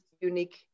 unique